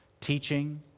Teaching